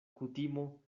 kutimo